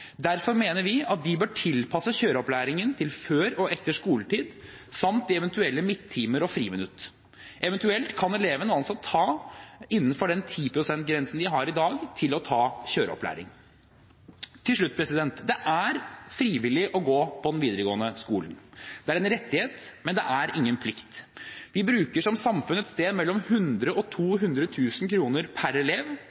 Derfor mener vi at de bør tilpasse kjøreopplæringen til før og etter skoletid samt til eventuelle midttimer og friminutt – eventuelt kan elevene ta kjøreopplæring innenfor den 10 pst.-grensen de har i dag. Det er frivillig å gå på videregående skole. Det er en rettighet, men det er ingen plikt. Vi bruker som samfunn et sted mellom 100 000 kr og